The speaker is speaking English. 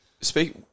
speak